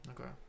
okay